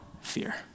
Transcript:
fear